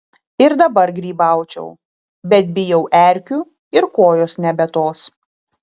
ir dabar grybaučiau bet bijau erkių ir kojos nebe tos